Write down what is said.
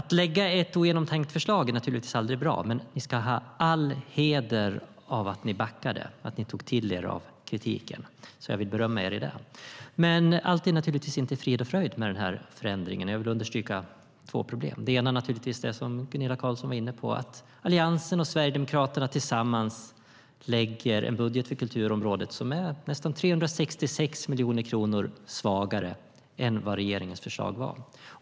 Att lägga fram ett ogenomtänkt förslag är naturligtvis aldrig bra, men ni ska ha all heder av att ni backade och att ni tog till er av kritiken. Jag vill berömma er för det. Men allt är naturligtvis inte frid och fröjd med den här förändringen. Jag vill understryka två problem. Det ena är naturligtvis det som Gunilla Carlsson var inne på, att Alliansen och Sverigedemokraterna tillsammans lägger fram en budget för kulturområdet som är nästan 366 miljoner kronor svagare än vad regeringens förslag var.